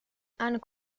and